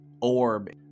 orb